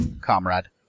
comrade